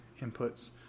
inputs